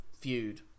feud